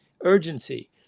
urgency